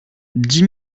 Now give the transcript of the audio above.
dix